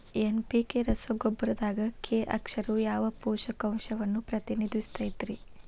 NPK ರಸಗೊಬ್ಬರದಾಗ K ಅಕ್ಷರವು ಯಾವ ಪೋಷಕಾಂಶವನ್ನ ಪ್ರತಿನಿಧಿಸುತೈತ್ರಿ?